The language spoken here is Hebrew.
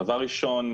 דבר ראשון,